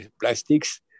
plastics